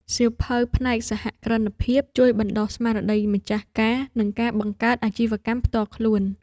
សៀវភៅផ្នែកសហគ្រិនភាព ជួយបណ្ដុះស្មារតីម្ចាស់ការ និងការបង្កើតអាជីវកម្មផ្ទាល់ខ្លួន។